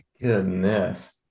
Goodness